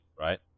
right